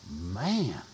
man